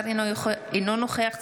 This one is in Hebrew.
אינו נוכח חמד עמאר,